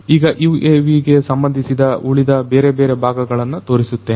ಈಗ UAV ಗೆ ಸಂಬಂಧಿಸಿದ ಉಳಿದ ಬೇರೆಬೇರೆ ಭಾಗಗಳನ್ನು ತೋರಿಸುತ್ತೇನೆ